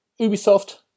Ubisoft